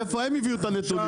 מאיפה הם הביאו את הנתונים,